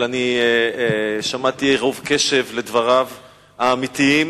אבל אני שמעתי ברוב קשב את דבריו האמיתיים